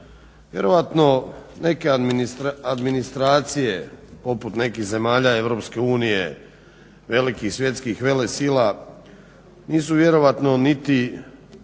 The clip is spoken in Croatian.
Vjerojatno neke administracije poput nekih zemalja Europske unije, velikih svjetskih velesila nisu vjerojatno niti